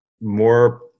more